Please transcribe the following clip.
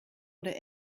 oder